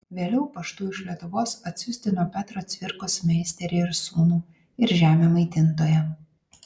vėliau paštu iš lietuvos atsisiųsdino petro cvirkos meisterį ir sūnų ir žemę maitintoją